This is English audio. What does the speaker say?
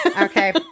Okay